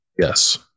Yes